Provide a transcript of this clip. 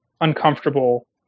uncomfortable